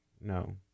No